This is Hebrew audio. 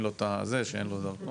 שאין לו דרכון,